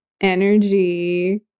energy